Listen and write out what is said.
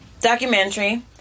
documentary